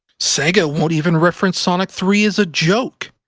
sega won't even reference sonic three as a joke.